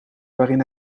waarin